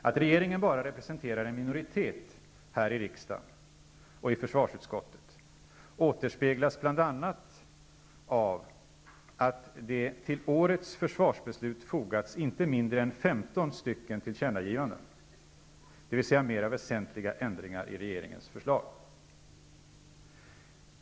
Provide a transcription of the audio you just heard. Att regeringen bara representerar en minoritet här i riksdagen och i försvarsutskottet återspeglas bl.a. i att det till skrivningarna rörande årets försvarsbeslut fogats inte mindre är 15 stycken tillkännagivanden, dvs. mera väsentliga ändringar i regeringens förslag.